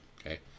okay